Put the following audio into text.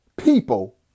people